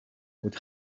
would